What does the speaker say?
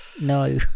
No